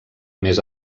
més